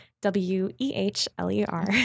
W-E-H-L-E-R